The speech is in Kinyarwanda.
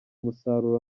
umusaruro